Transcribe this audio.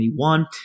2021